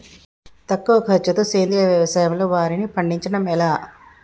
తక్కువ ఖర్చుతో సేంద్రీయ వ్యవసాయంలో వారిని పండించడం ఎలా?